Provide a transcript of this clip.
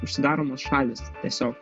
užsidaromos šalys tiesiog